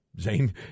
Zane